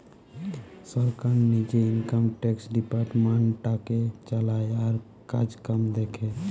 সরকার নিজে income tax ডিপার্টমেন্টটাকে চালায় আর কাজকাম দেখে